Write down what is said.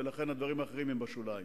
ולכן הדברים האחרים הם בשוליים.